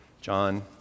John